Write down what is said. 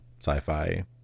sci-fi